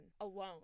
alone